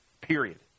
Period